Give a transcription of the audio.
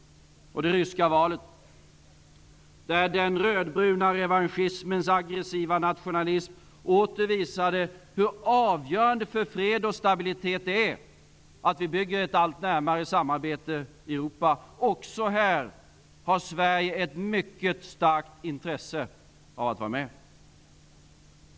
Det ryska valet, där den rödbruna revanschismens aggressiva nationalism åter visade hur avgörande för fred och stabilitet det är att vi bygger ett allt närmare samarbete i Europa. Också här har Sverige ett mycket starkt intresse av att vara med.